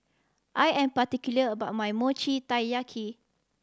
I am particular about my Mochi Taiyaki